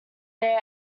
their